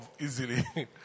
easily